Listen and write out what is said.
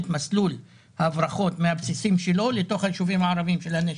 את מסלול ההברחות של הנשק מהבסיסים שלו לתוך הישובים הערביים.